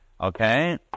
Okay